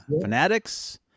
fanatics